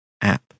app